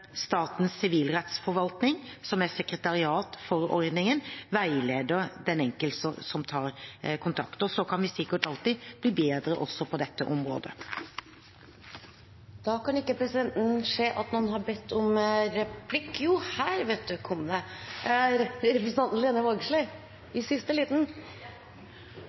Statens sivilrettsforvaltning, som er sekretariat for ordningen, veileder den enkelte som tar kontakt. Så kan vi sikkert alltid bli bedre også på dette området. Det blir replikkordskifte. Spørsmålet mitt til statsråden handlar om valdsoffererstatningsloven. Statsråden viste i innlegget sitt til at ein no arbeider med det,